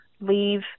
leave